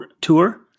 tour